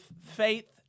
faith